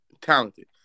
talented